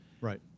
Right